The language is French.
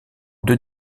deux